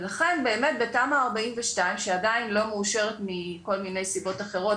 ולכן באמת בתמ"א 42 שעדיין לא מאושרת מכל מיני סיבות אחרות,